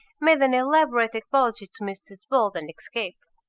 made an elaborate apology to mrs bold, and escaped.